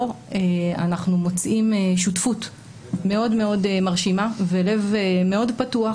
פה אנחנו מוצאים שותפות מאוד מאוד מרשימה ולב מאוד פתוח